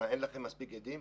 אין לכם מספיק עדים?